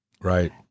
Right